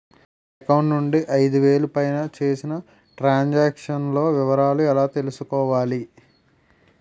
నా అకౌంట్ నుండి ఐదు వేలు పైన చేసిన త్రం సాంక్షన్ లో వివరాలు ఎలా తెలుసుకోవాలి?